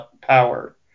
power